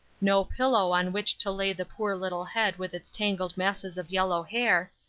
no pillow on which to lay the poor little head with its tangled masses of yellow hair,